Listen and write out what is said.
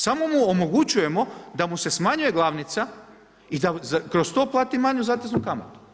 Samo mu omogućujemo da mu se smanjuje glavnica i da kroz to plati manju zateznu kamatu.